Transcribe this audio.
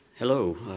Hello